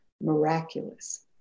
miraculous